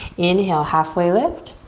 inhale, halfway lift,